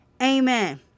Amen